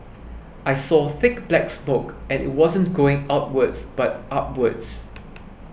I saw thick black smoke and it wasn't going outwards but upwards